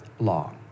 law